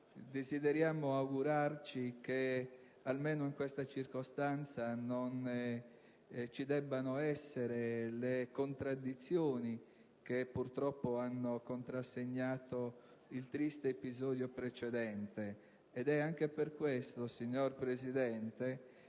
Desideriamo augurarci che almeno in questa circostanza non debbano manifestarsi le contraddizioni che purtroppo hanno contrassegnato il triste episodio precedente. Ed è anche per questo, signor Presidente,